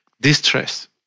distress